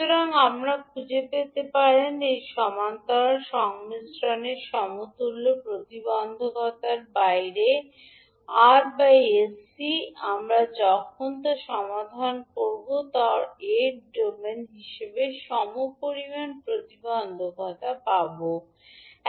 সুতরাং আমরা খুঁজে পেতে পারেন এর সমান্তরাল সংমিশ্রণের সমতুল্য প্রতিবন্ধকতার বাইরে r1sc আমরা যখন তা সমাধান করব এর ডোমেনে হিসাবে সমপরিমাণ প্রতিবন্ধকতা পান 𝑅1src